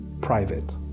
private